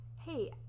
hey